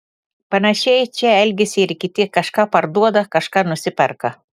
panašiai čia elgiasi ir kiti kažką parduoda kažką nusiperka